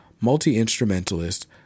multi-instrumentalist